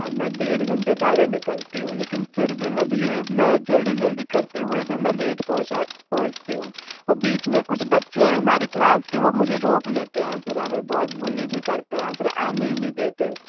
ma'am मैं डेढ़ घंटे पहले निकलती हूँ लेकिन मैं फिर भी धीरे मैं जल्दी जल्दी करते हुए भी मैं लेट हो पहुँचती हूँ और बीच में कुछ बच्चे हैं हमारी क्लास के वो मुझे रोक लेते हैं फिर हमें बहुत बुली भी करते हैं फिर आने ही नहीं देते